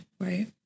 Right